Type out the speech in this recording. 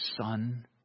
son